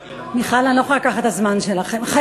מיכל, אני לא יכולה לקחת את הזמן שלך.